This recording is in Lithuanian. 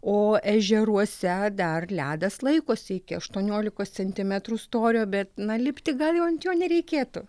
o ežeruose dar ledas laikosi iki aštuoniolikos centimetrų storio bet na lipti gal jau ant jo nereikėtų